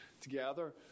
together